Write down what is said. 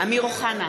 אמיר אוחנה,